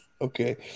Okay